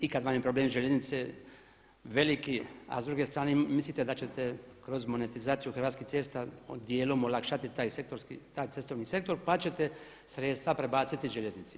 I kad vam je problem željeznice veliki, a s druge strane mislite da ćete kroz monetizaciju Hrvatskih cesta dijelom olakšati taj sektorski, taj cestovni sektor pa ćete sredstva prebaciti željeznici.